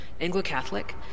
Anglo-Catholic